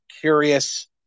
curious